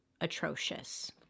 atrocious